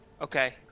Okay